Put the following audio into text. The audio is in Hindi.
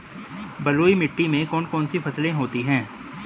बलुई मिट्टी में कौन कौन सी फसलें होती हैं?